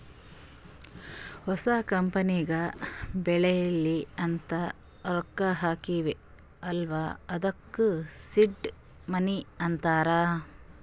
ಹೊಸ ಕಂಪನಿಗ ಬೆಳಿಲಿ ಅಂತ್ ರೊಕ್ಕಾ ಹಾಕ್ತೀವ್ ಅಲ್ಲಾ ಅದ್ದುಕ ಸೀಡ್ ಮನಿ ಅಂತಾರ